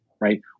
right